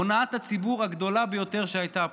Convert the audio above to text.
הונאת הציבור הגדולה ביותר שהייתה פה.